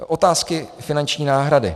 Otázky finanční náhrady.